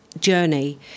journey